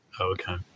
Okay